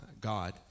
God